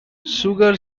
sugar